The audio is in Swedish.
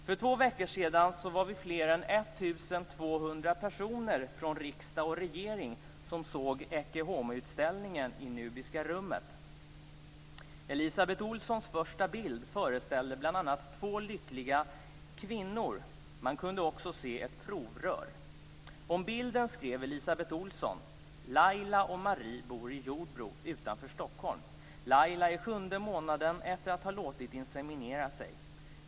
För två veckor sedan var vi mer än 1 200 personer från riksdag och regering som såg Ecce Homoutställningen i Nubiska rummet. Elisabeth Ohlsons första bild föreställde bl.a. två lyckliga kvinnor. Man kunde också se ett provrör. Om bilden skrev Elisabeth Olson: Laila och Marie bor i Jordbro utanför Stockholm. Laila är i sjunde månaden efter att ha låtit inseminera sig.